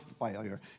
failure